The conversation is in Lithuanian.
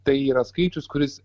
tai yra skaičius kuris